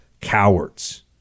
cowards